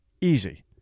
easy